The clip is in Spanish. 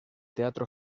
teatro